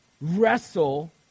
wrestle